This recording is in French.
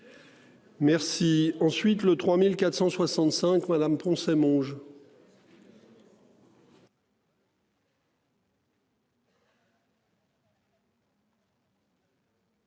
Merci. Ensuite le 3465 Me Poncet Monge.